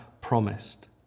promised